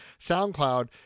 SoundCloud